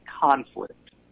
conflict